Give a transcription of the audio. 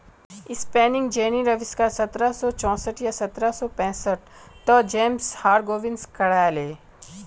spinning जेनीर अविष्कार सत्रह सौ चौसठ या सत्रह सौ पैंसठ त जेम्स हारग्रीव्स करायले